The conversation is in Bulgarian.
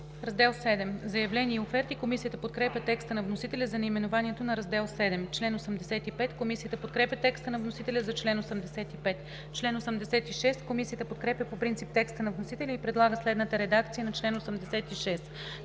„Раздел VІІ – „Заявления и оферти“. Комисията подкрепя текста на вносителя за наименованието на Раздел VІІ. Комисията подкрепя текста на вносителя за чл. 85. Комисията подкрепя по принцип текста на вносителя и предлага следната редакция на чл. 86: